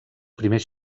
primers